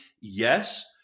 Yes